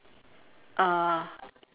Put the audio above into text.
uh